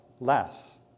less